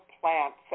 plants